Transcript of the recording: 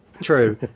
True